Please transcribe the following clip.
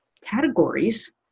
categories